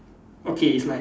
okay it's like